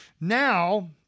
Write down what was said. Now